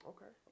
Okay